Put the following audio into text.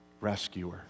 Rescuer